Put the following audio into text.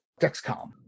Dexcom